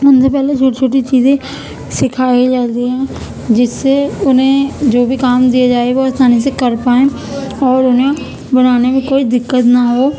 ان سے پہلے چھوٹی چھوٹی چیزیں سکھائی جاتی ہیں جس سے انہیں جو بھی کام دییے جائیں وہ آسانی سے کر پائیں اور انہیں بنانے میں کوئی دقت نہ ہو